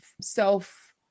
self